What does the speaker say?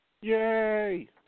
Yay